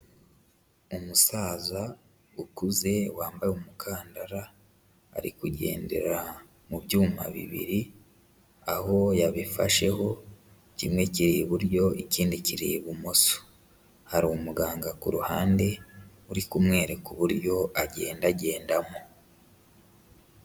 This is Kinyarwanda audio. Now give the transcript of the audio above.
Umusaza ukuze wambaye umukandara ari kugendera mu byuma bibiri, aho yabifasheho kimwe kiriho iburyo ikindi kiriho ibumoso, hari umuganga ku ruhande uri kumwereka uburyo agendagendamo.